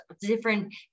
different